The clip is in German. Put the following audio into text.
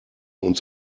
uns